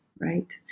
right